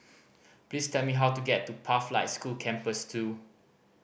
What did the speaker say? please tell me how to get to Pathlight School Campus Two